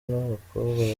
abakobwa